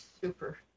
super